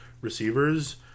receivers